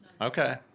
Okay